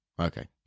okay